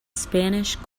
spanish